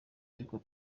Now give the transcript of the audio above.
ariko